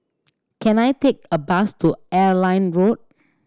can I take a bus to Airline Road